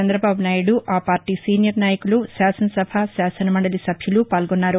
చంద్రబాబు నాయుడు ఆ party senior నాయకులు శాసనసభ శాసనమండలి సభ్యులు పాల్గొన్నారు